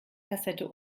kassette